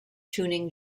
tuning